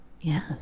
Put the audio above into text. Yes